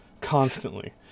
Constantly